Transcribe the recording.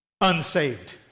unsaved